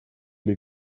или